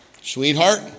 Sweetheart